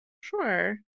Sure